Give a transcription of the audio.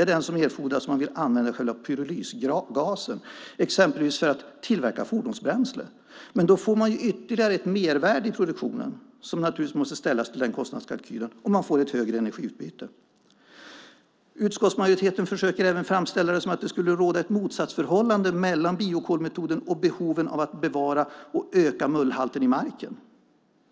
är den som erfordras om man vill använda själva pyrolysgasen exempelvis för att tillverka fordonsbränsle. Men då får man ytterligare ett mervärde i produktionen som naturligtvis måste ställas till kostnadskalkylen, och man får ett högre energiutbyte. Utskottsmajoriteten försöker även framställa det som att det skulle råda ett motsatsförhållande mellan biokolmetoden och behoven av att bevara och öka mullhalten i marken.